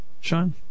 Sean